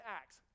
acts